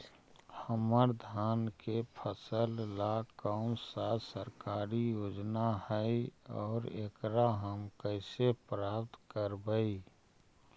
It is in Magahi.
हमर धान के फ़सल ला कौन सा सरकारी योजना हई और एकरा हम कैसे प्राप्त करबई?